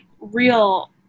real